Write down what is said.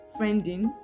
friending